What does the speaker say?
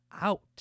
out